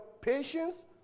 patience